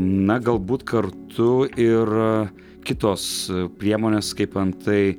na galbūt kartu ir kitos priemonės kaip antai